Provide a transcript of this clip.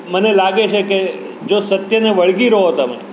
મને લાગે છે કે જો સત્યને વળગી રહો તમે